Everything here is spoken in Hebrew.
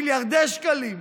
מיליארדי שקלים,